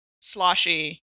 sloshy